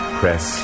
press